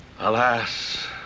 Alas